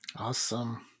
Awesome